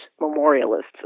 memorialists